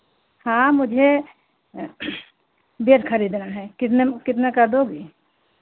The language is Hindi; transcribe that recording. हाँ मुझे बेड खरीदना है कितने में कितने का दोगी